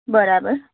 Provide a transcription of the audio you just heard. બરાબર